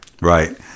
Right